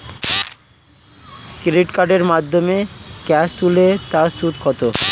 Credit কার্ডের মাধ্যমে cash তুলে তার সুদ কত?